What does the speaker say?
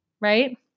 right